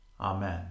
Amen